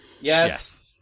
Yes